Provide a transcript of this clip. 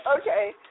Okay